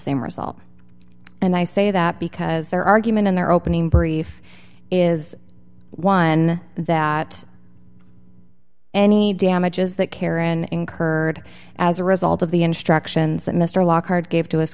same result and i say that because their argument in their opening brief is one that any damages that karen incurred as a result of the instructions that mr lockhart gave to his